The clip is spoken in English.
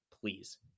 Please